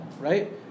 right